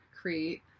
create